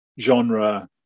genre